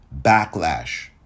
backlash